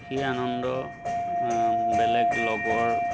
সেই আনন্দ বেলেগ লগৰ